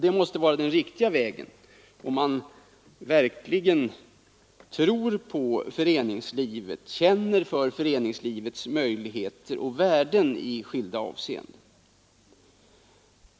Det måste vara den riktiga vägen, om man verkligen tror på och känner för föreningslivets möjligheter och värden i skilda avseenden.